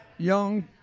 Young